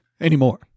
Anymore